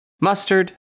mustard